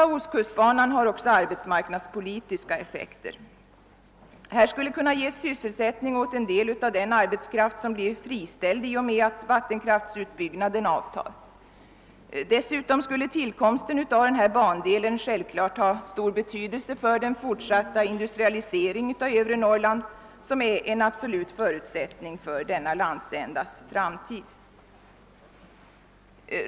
också arbetsmarknadspolitiska effekter. Här skulle kunna ges sysselsättning för en del av den arbetskraft som blir friställd i och med att vattenkraftsutbyggnaden avtar. Dessutom skulle tillkomsten av denna bandel självklart ha storbetydelse för den fortsatta industrialiseringen av övre Norrland, som är en absolut förutsättning för denna landsändas framtid.